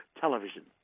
television